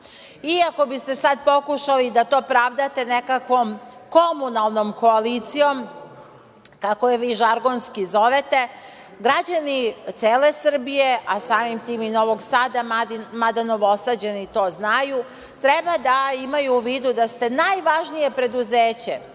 bi ste sada to pokušali da pravdate nekakvom komunalnom koalicijom, kako je vi žargonski zovete, građani cele Srbije, a samim tim i Novog Sada, mada Novosađani to znaju, treba da imaju u vidu da ste najvažnije preduzeće,